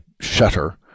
shutter